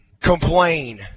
complain